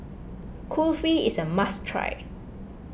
Kulfi is a must try